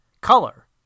color